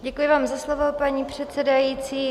Děkuji vám za slovo, paní předsedající.